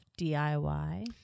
DIY